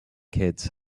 kids